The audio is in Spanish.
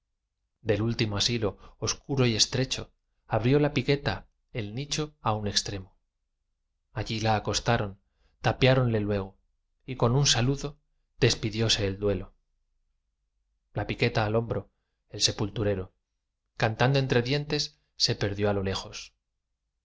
del último asilo oscuro y estrecho abrió la piqueta el nicho á un extremo allí la acostaron tapiáronle luego y con un saludo despidióse el duelo la piqueta al hombro el sepulturero cantando entre dientes se perdió á lo lejos